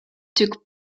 took